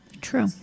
True